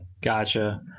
gotcha